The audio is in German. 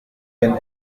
wenn